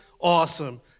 awesome